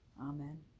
Amen